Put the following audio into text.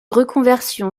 reconversion